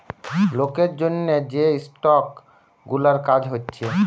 লোকের জন্যে যে স্টক গুলার কাজ হচ্ছে